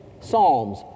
Psalms